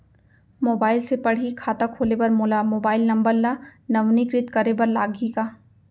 Mobile से पड़ही खाता खोले बर मोला मोबाइल नंबर ल नवीनीकृत करे बर लागही का?